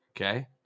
Okay